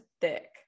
thick